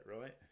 right